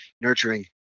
nurturing